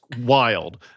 wild